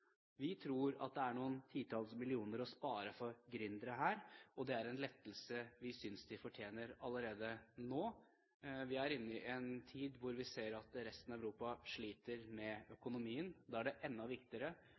Vi tror det er noen titalls millioner å spare for gründere her, og det er en lettelse vi synes de fortjener allerede nå. Vi er inne i en tid hvor vi ser at resten av Europa sliter med økonomien. Da er det enda viktigere